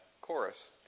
chorus